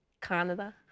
Canada